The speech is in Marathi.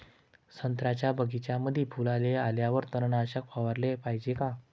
संत्र्याच्या बगीच्यामंदी फुलाले आल्यावर तननाशक फवाराले पायजे का?